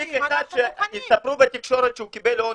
מספיק אחד שיספרו בתקשורת שהוא קיבל עונש,